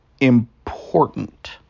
important